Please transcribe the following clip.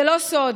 זה לא סוד